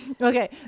Okay